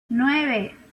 nueve